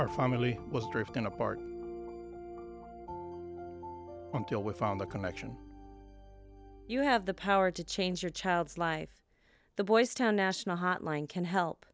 our family was drifting apart until we found the connection you have the power to change your child's life the boy's town national hotline can help